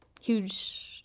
huge